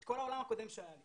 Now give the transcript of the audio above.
את כל העולם הקודם שהיה לי